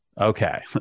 okay